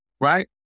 right